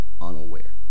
unaware